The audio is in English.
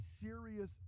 serious